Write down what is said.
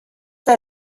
der